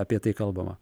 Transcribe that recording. apie tai kalbama